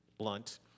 blunt